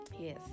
Yes